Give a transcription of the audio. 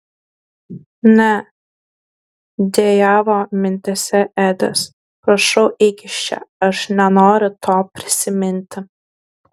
ne dejavo mintyse edis prašau eik iš čia aš nenoriu to prisiminti